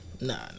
Nah